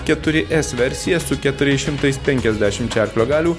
keturi s versija su keturiais šimtais penkiasdešimčia arklio galių